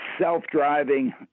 self-driving